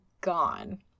gone